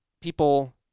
people